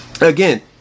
Again